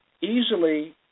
easily